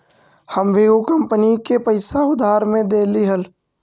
हम भी ऊ कंपनी के पैसा उधार में देली हल